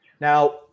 Now